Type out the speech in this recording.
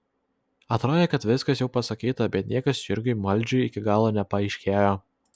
atrodė kad viskas jau pasakyta bet niekas jurgiui maldžiui iki galo nepaaiškėjo